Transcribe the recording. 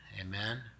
amen